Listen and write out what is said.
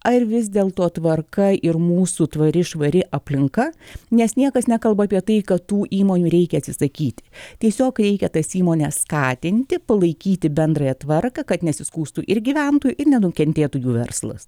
ar vis dėl to tvarka ir mūsų tvari švari aplinka nes niekas nekalba apie tai kad tų įmonių reikia atsisakyti tiesiog reikia tas įmones skatinti palaikyti bendrąją tvarką kad nesiskųstų ir gyventojai ir nenukentėtų jų verslas